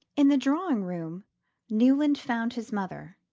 in the drawing-room newland found his mother.